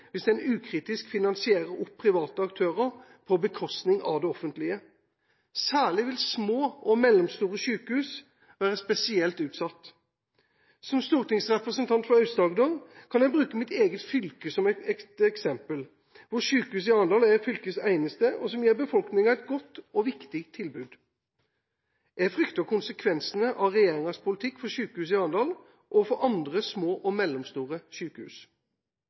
hvis en ukritisk finansierer private aktører på bekostning av det offentlige. Små og mellomstore sykehus vil være spesielt utsatt. Som stortingsrepresentant for Aust-Agder kan jeg bruke mitt eget fylke som eksempel, hvor sykehuset i Arendal er fylkets eneste, og gir befolkninga et godt og viktig tilbud. Jeg frykter konsekvensene av regjeringas politikk for sykehuset i Arendal og for andre små og mellomstore